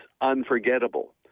unforgettable